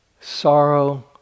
sorrow